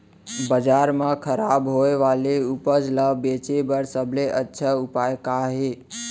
बाजार मा खराब होय वाले उपज ला बेचे बर सबसे अच्छा उपाय का हे?